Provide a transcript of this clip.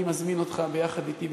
אני מזמין אותך ביחד אתי,